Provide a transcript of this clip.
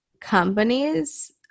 companies